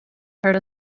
heard